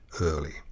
early